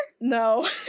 No